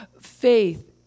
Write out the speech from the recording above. faith